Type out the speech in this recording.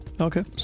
Okay